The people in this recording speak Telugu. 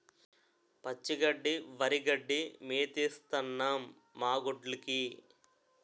పచ్చి గడ్డి వరిగడ్డి మేతేస్తన్నం మాగొడ్డ్లుకి